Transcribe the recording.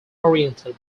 oriented